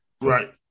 Right